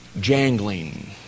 jangling